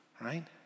Right